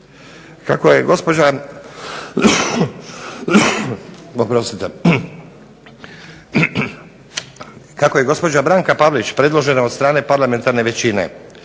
Kako je gospođa Branka Pavlić predložena od strane parlamentarne većine,